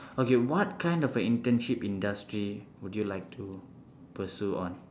okay what kind of an internship industry would you want to pursue on